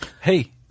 Hey